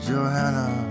Johanna